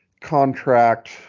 contract